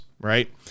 Right